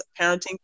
parenting